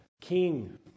King